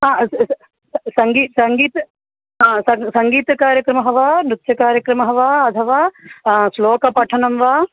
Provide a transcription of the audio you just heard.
हा सङ्गी सङ्गीतं हा सङ्गीतकार्यक्रमः वा नृत्यकार्यक्रमः वा अथवा श्लोकपठनं वा